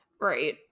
Right